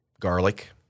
Garlic